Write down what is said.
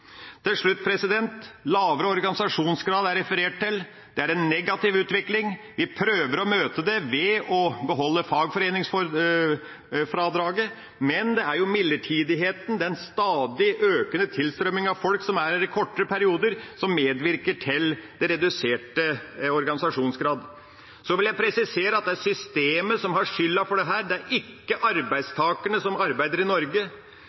Til slutt: Lavere organisasjonskrav er det referert til, her er det en negativ utvikling. Vi prøver å møte det ved å beholde fagforeningsfradraget, men det er midlertidigheten, den stadig økende tilstrømminga av folk som er her i kortere perioder, som medvirker til den reduserte organisasjonsgraden. Så vil jeg presisere at det er systemet som har skylden for dette, det er ikke arbeidstakerne som arbeider i Norge.